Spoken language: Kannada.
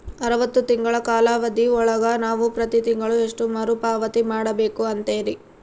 ಅರವತ್ತು ತಿಂಗಳ ಕಾಲಾವಧಿ ಒಳಗ ನಾವು ಪ್ರತಿ ತಿಂಗಳು ಎಷ್ಟು ಮರುಪಾವತಿ ಮಾಡಬೇಕು ಅಂತೇರಿ?